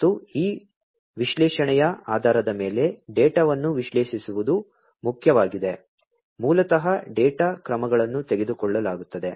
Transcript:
ಮತ್ತು ಈ ವಿಶ್ಲೇಷಣೆಯ ಆಧಾರದ ಮೇಲೆ ಡೇಟಾವನ್ನು ವಿಶ್ಲೇಷಿಸುವುದು ಮುಖ್ಯವಾಗಿದೆ ಮೂಲತಃ ಡೇಟಾ ಕ್ರಮಗಳನ್ನು ತೆಗೆದುಕೊಳ್ಳಲಾಗುತ್ತದೆ